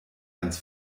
ganz